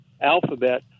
alphabet